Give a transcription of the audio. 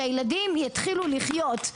שהילדים יתחילו לחיות.